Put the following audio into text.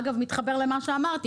אגב מתחבר למה שאמרתי,